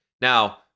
Now